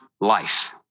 life